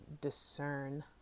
discern